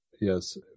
yes